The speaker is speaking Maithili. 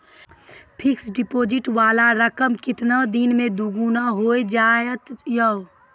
फिक्स्ड डिपोजिट वाला रकम केतना दिन मे दुगूना हो जाएत यो?